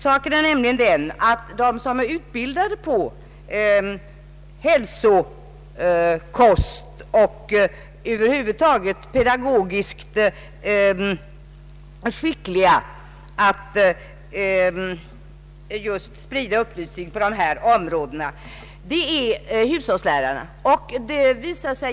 De som är utbildade när det gäller hälsokost och över huvud taget pedagogiskt skickliga just i att sprida upplysning på dessa områden är hushållslärarna.